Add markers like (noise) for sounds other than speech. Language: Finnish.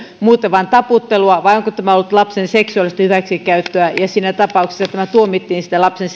muuten vain taputtelua vai onko tämä ollut lapsen seksuaalista hyväksikäyttöä ja siinä tapauksessa tämä tuomittiin lapsen (unintelligible)